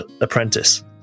apprentice